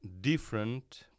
different